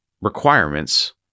requirements